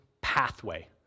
pathway